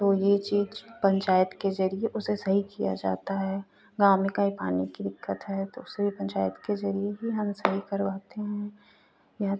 तो यह चीज़ पंचायत के ज़रिये उसे सही किया जाता है गाँव में कहीं पानी की दिक्कत है तो उसे भी पंचायत के ज़रिये ही हम सही करवाते हैं या